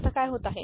आता काय होत आहे